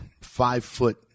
five-foot –